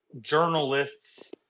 journalists